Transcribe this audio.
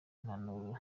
impanuro